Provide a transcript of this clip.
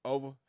Over